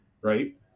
Right